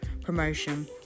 promotion